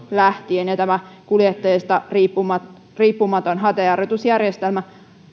lähtien ja tämä kuljettajasta riippumaton hätäjarrutusjärjestelmä